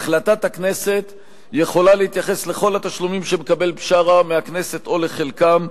החלטת הכנסת יכולה להתייחס לכל התשלומים שמקבל בשארה מהכנסת או לחלקם,